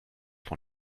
von